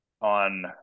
on